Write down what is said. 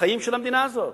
לחיים של המדינה הזו.